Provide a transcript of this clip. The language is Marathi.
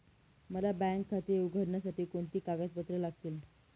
मला बँक खाते उघडण्यासाठी कोणती कागदपत्रे लागतील?